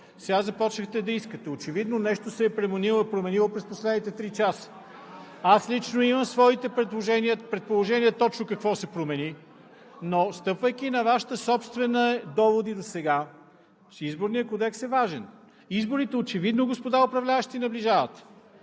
Сега започнахте да искате. Очевидно нещо се е променило през последните три часа. Аз лично имам своите предположения точно какво се промени, но стъпвайки на Вашите собствени доводи досега, че Изборният кодекс е важен, изборите очевидно, господа управляващи, наближават.